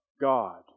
God